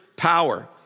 power